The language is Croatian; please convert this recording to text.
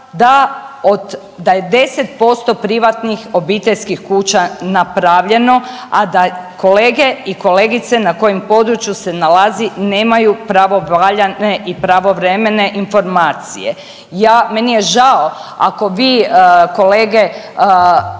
da je 10% privatnih obiteljskih kuća napravljeno, a da kolege i kolegice na kojem području se nalazi nemaju pravovaljane i pravovremene informacije. Ja, meni je žao ako vi kolege